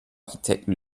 architekten